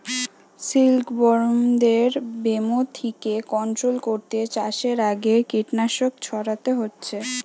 সিল্কবরমদের ব্যামো থিকে কন্ট্রোল কোরতে চাষের আগে কীটনাশক ছোড়াতে হচ্ছে